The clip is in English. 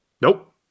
Nope